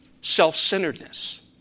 self-centeredness